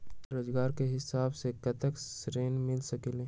रोजगार के हिसाब से कतेक ऋण मिल सकेलि?